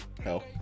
hell